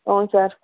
ಹ್ಞೂ ಸರ್